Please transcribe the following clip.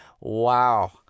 wow